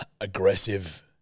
Aggressive